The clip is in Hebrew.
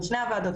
לפני הוועדות,